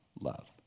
love